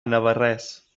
navarrés